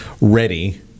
ready